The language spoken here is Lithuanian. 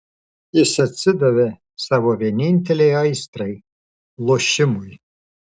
jis atsidavė savo vienintelei aistrai lošimui